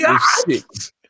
six